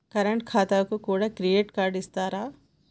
Current ఖాతాకు కూడా credit card ఇత్తరా?